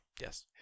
Yes